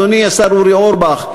אדוני השר אורי אורבך,